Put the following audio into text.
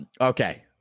okay